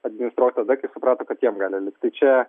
administruot tada kai suprato kad jiem gali likt tai čia